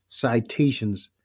citations